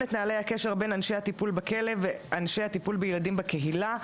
את נהלי הקשר בין אנשי הטיפול בכלא לאנשי הטיפול בילדים בקהילה,